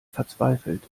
verzweifelt